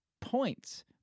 points